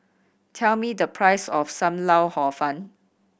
tell me the price of Sam Lau Hor Fun